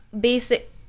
basic